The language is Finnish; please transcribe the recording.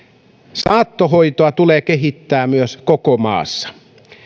saattohoitoa tulee kehittää koko maassa